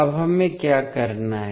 अब हमें क्या करना है